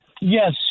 Yes